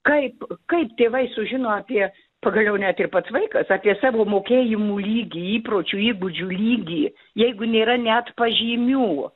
kaip kaip tėvai sužino apie pagaliau net ir pats vaikas apie savo mokėjimų lygį įpročių įgūdžių lygį jeigu nėra net pažymių